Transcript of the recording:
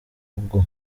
ubwo